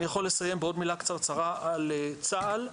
אני יכול לסיים בעוד מילה קצרצרה על צה"ל.